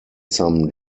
some